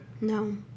No